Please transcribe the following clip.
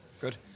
good